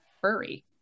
furry